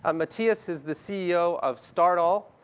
ah matthias is the ceo of stardoll,